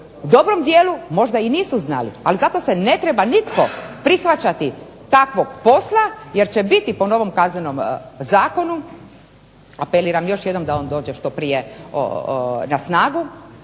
dobrom dijelu možda i nisu znali ali zato se ne treba nitko prihvaćati takvog posla jer će biti po novom Kaznenom zakonu, apeliram još jednom da on dođe što prije na snagu